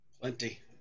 plenty